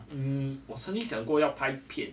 um 我曾经想要过要拍片